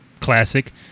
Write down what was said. classic